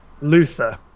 Luther